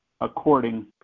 according